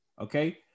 Okay